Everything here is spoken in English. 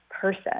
person